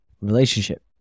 relationship